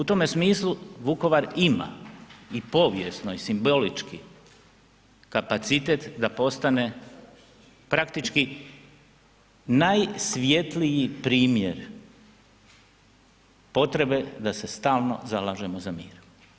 U tome smislu Vukovar ima i povijesno i simbolički kapacitet da postane praktički najsvjetliji primjer potrebe da se stalno zalažemo za mir.